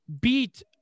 beat